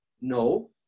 No